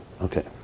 Okay